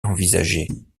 envisagée